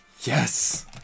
Yes